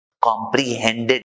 comprehended